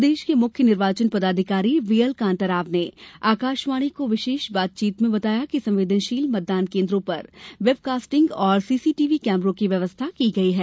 प्रदेश के मुख्य निर्वाचन पदाधिकारी वीएल कांताराव ने आकाशवाणी को विशेष बातचीत में बताया कि संवेदनशील मतदान केन्द्रों पर वेबकास्टिग और सीसीटीवी कैमरों की व्यवस्था की गई है